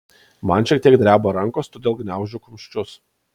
man šiek tiek dreba rankos todėl gniaužiu kumščius